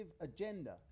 agenda